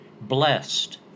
Blessed